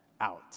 out